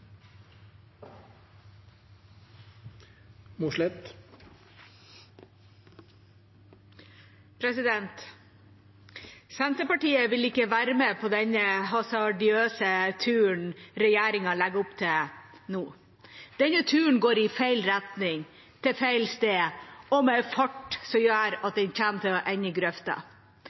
Senterpartiet vil ikke være med på denne hasardiøse turen regjeringa legger opp til nå. Turen går i feil retning, til feil sted og med en fart som gjør at den kommer til å ende i grøfta.